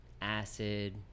acid